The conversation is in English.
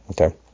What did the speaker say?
okay